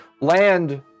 land